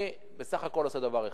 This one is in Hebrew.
אני בסך הכול עושה דבר אחד,